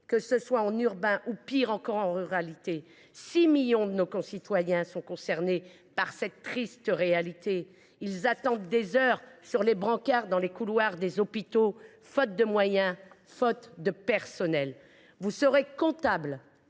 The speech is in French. que ce soit en zone urbaine ou, pis encore, en zone rurale. Six millions de nos concitoyens sont concernés par cette triste réalité. Ils attendent des heures sur les brancards dans les couloirs des hôpitaux, faute de moyens et de personnels dans ces